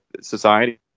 society